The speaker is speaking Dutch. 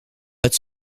het